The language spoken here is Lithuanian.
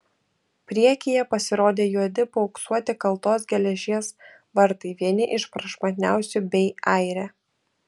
priekyje pasirodė juodi paauksuoti kaltos geležies vartai vieni iš prašmatniausių bei aire